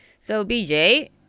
So,BJ 、